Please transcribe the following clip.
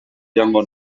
joango